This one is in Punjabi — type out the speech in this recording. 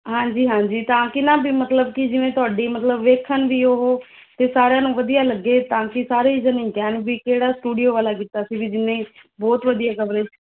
ਹਾਂਜੀ ਹਾਂਜੀ ਤਾਂ ਕਿ ਨਾ ਵੀ ਮਤਲਬ ਕਿ ਜਿਵੇਂ ਤੁਹਾਡੀ ਮਤਲਬ ਵੇਖਣ ਦੀ ਉਹ ਅਤੇ ਸਾਰਿਆਂ ਨੂੰ ਵਧੀਆ ਲੱਗੇ ਤਾਂ ਕਿ ਸਾਰੇ ਜਣੇ ਕਹਿਣ ਵੀ ਕਿਹੜਾ ਸਟੂਡੀਓ ਵਾਲਾ ਕੀਤਾ ਸੀ ਵੀ ਜਿਹਨੇ ਬਹੁਤ ਵਧੀਆ ਕਵਰੇਜ